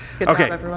Okay